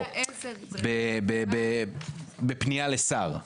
בפנייה לשר.